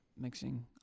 mixing